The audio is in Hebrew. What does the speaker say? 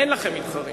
אין לכם מתחרים.